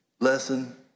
lesson